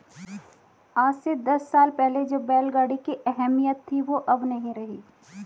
आज से दस साल पहले जो बैल गाड़ी की अहमियत थी वो अब नही रही